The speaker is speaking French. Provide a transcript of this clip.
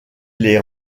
les